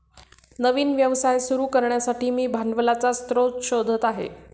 नवीन व्यवसाय सुरू करण्यासाठी मी भांडवलाचा स्रोत शोधत आहे